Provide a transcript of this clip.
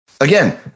Again